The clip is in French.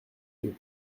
deux